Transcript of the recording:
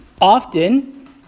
Often